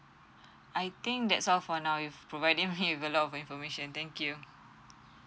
I think that's all for now you've providing me with a lot of information thank you